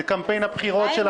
זה קמפיין הבחירות שלכם,